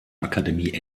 akademie